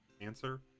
answer